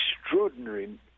extraordinary